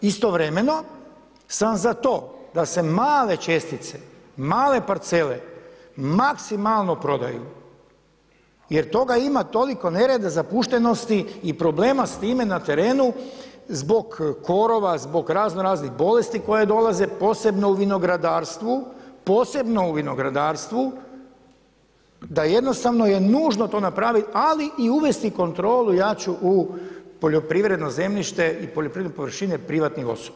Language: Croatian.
Istovremeno sam za to da se male čestice, male parcele, maksimalno prodaju jer toga ima toliko nereda, zapuštenosti i problema s time na terenu zbog korova, zbog raznoraznih bolesti koje dolaze posebno u vinogradarstvu, da jednostavno je nužno to napraviti ali i uvesti kontrolu jaču u poljoprivredno zemljište i poljoprivredne površine privatnih osoba.